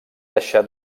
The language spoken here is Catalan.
deixar